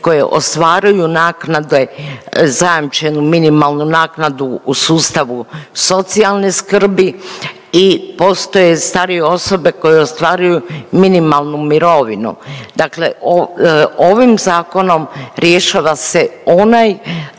koje ostvaruju naknade zajamčenu minimalnu naknadu u sustavu socijalne skrbi i postoje starije osobe koji ostvaruju minimalnu mirovinu. Dakle ovim zakonom rješava se onaj,